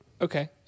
Okay